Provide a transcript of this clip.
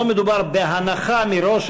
לא מדובר בהנחה מראש,